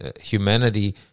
Humanity